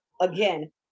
again